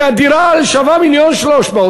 כי הדירה שווה מיליון ו-300,000,